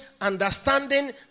understanding